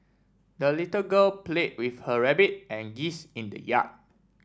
the little girl play with her rabbit and geese in the yard